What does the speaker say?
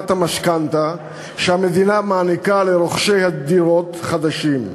המשכנתה שהמדינה מעניקה לרוכשי דירות חדשים: